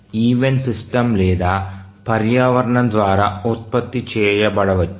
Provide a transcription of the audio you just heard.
event system లేదా పర్యావరణం ద్వారా ఉత్పత్తి చేయబడవచ్చు